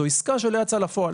זו עסקה שלא יצאה לפועל.